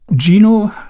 Gino